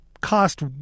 cost